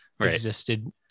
Existed